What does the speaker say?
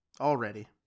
Already